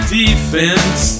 defense